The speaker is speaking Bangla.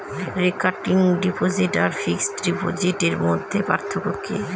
রেকারিং ডিপোজিট আর ফিক্সড ডিপোজিটের মধ্যে পার্থক্য কি?